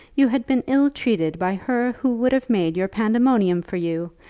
you had been ill-treated by her who would have made your pandemonium for you,